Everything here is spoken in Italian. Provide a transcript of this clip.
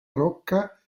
rocca